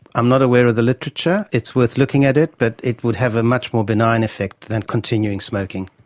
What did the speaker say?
i'm not aware of the literature. it's worth looking at it, but it would have a much more benign effect than continuing smoking.